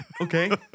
okay